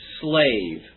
slave